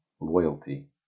loyalty